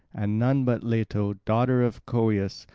and none but leto, daughter of coeus,